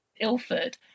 Ilford